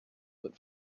but